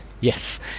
yes